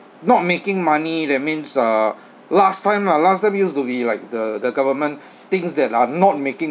not making money that means uh last time lah last time used to be like the the government things that are not making